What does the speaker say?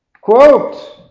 Quote